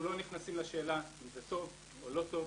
אנחנו לא נכנסים לשאלה אם זה טוב או לא טוב,